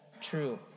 true